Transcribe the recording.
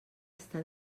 està